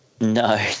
No